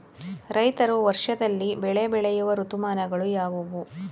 ರೈತರು ವರ್ಷದಲ್ಲಿ ಬೆಳೆ ಬೆಳೆಯುವ ಋತುಮಾನಗಳು ಯಾವುವು?